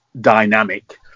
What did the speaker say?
dynamic